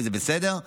וזה בסדר.